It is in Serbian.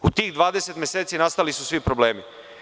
U tih 20 meseci nastali su svi problemi.